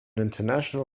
international